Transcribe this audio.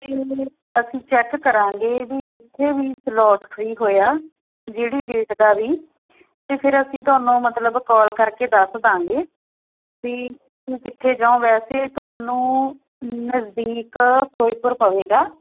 ਅਸੀਂ ਚੈੱਕ ਕਰਾਂਗੇ ਵੀ ਜਿੱਥੇ ਵੀ ਸਲੋਟ ਫਰੀ ਹੋਇਆ ਜਿਹੜੀ ਡੇਟ ਦਾ ਵੀ ਤਾਂ ਫਿਰ ਅਸੀਂ ਤੁਹਾਨੂੰ ਮਤਲਬ ਕਾਲ ਕਰਕੇ ਦੱਸ ਦਾਂਗੇ ਵੀ ਤੁਸੀਂ ਕਿੱਥੇ ਜਾਓ ਵੈਸੇ ਤੁਹਾਨੂੰ ਨਜ਼ਦੀਕ ਫਿਰੋਜ਼ਪੁਰ ਪਵੇਗਾ